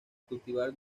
cultivar